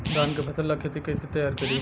धान के फ़सल ला खेती कइसे तैयार करी?